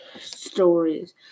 stories